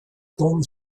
gone